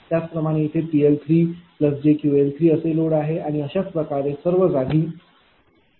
त्याचप्रमाणे इथे PL3jQL3 असे लोड आहे आणि अशाच प्रकारे सर्व जागी लोड आहे